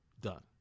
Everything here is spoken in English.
done